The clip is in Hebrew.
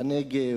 בנגב,